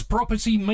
Property